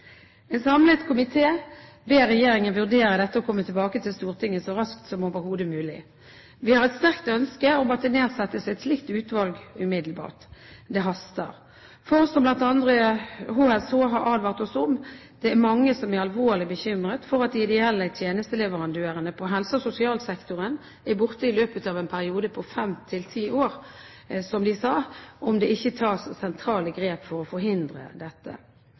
En samlet komité ber regjeringen vurdere dette og komme tilbake til Stortinget så raskt som overhodet mulig. Vi har et sterkt ønske om at det nedsettes et slikt utvalg umiddelbart. Det haster, for – som blant andre HSH har varslet oss om – det er mange som er alvorlig bekymret for at de ideelle tjenesteleverandørene i helse- og sosialsektoren er borte i løpet av en periode på fem til ti år, som de sa, om det ikke tas sentrale grep for å forhindre dette.